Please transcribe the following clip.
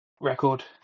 record